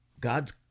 God's